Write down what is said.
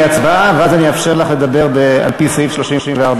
ואז אני אאפשר לך לדבר על-פי סעיף 34(א).